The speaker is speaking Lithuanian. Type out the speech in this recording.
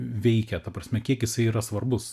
veikia ta prasme kiek jisai yra svarbus